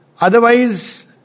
Otherwise